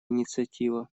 инициатива